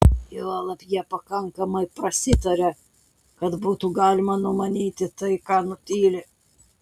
juolab jie pakankamai prasitaria kad būtų galima numanyti tai ką nutyli